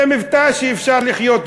זה מבטא שאפשר לחיות אתו.